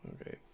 Okay